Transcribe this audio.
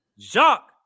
Jacques